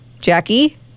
Jackie